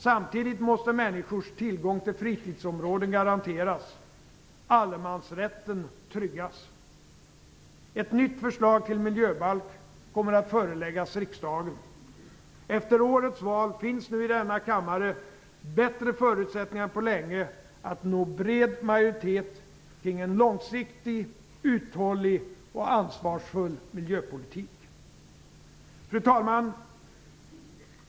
Samtidigt måste människors tillgång till fritidsområden garanteras. Allemansrätten tryggas. Ett nytt förslag till miljöbalk kommer att föreläggas riksdagen. Efter årets val finns nu i denna kammare bättre förutsättningar än på länge att nå bred majoritet kring en långsiktig, uthållig och ansvarsfull miljöpolitik. Fru talman!